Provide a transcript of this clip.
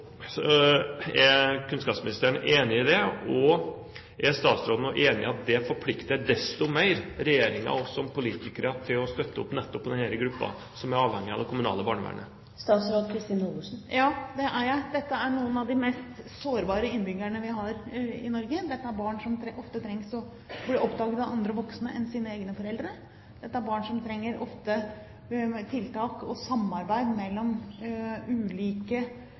som politikere til å støtte opp om nettopp denne gruppen som er avhengig av det kommunale barnevernet? Ja, det er jeg. Dette er noen av de mest sårbare innbyggerne vi har i Norge. Dette er barn som ofte trenger å bli oppdaget av andre voksne enn sine egne foreldre. Dette er barn som ofte trenger tiltak og samarbeid mellom ulike